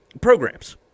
programs